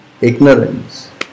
ignorance